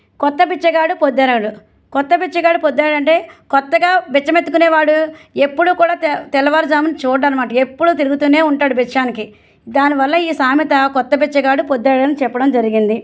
కొత్త బిచ్చగాడు పొద్దు ఎరగడు క్రొత్త బిచ్చగాడు పొద్దు ఎరగడు అంటే క్రొత్తగా బిచ్చం ఎత్తుకొనేవాడు ఎప్పుడూ కూడా తెల్లవారుజామున చూడడు అన్నమాట ఎప్పుడూ తిరుగుతూనే ఉంటాడు బిక్షానికి దాని వల్ల ఈ సామెత కొత్త బిచ్చగాడు పొద్దు ఎరగడు అని చెప్పడం జరిగింది